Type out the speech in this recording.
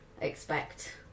expect